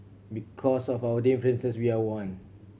because of our differences we are one